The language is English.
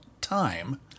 time